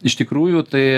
iš tikrųjų tai